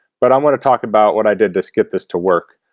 but i'm going to talk about what i did this get this to work.